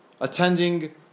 attending